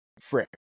frick